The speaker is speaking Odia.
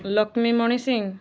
ଲକ୍ଷ୍ମୀମଣି ସିଂ